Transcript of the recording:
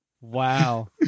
Wow